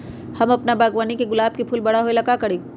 हम अपना बागवानी के गुलाब के फूल बारा होय ला का करी?